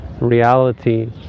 reality